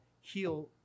heal